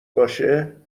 باشه